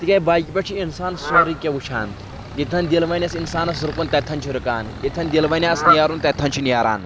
تِکیازِ بایکہِ پٮ۪ٹھ چھُ اِنسان سورُے کینٛہہ وٕچھان ییٚتٮ۪ن دِل وَنٮ۪س اِنسانَس رُکُن تَتٮ۪ن چھِ رُکان ییٚتھٮ۪ن دِل وَنٮ۪س نیرُن تَتٮ۪تھ چھُ نیران